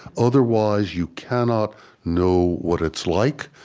otherwise, you cannot know what it's like.